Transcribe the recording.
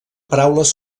paraules